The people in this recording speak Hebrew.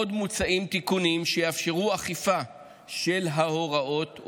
מוצעים עוד תיקונים שיאפשרו אכיפה של ההוראות,